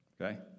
Okay